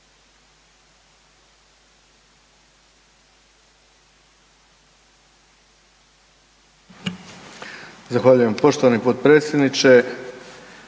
Zahvaljujem. Poštovani potpredsjedniče,